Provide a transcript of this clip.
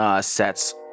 Sets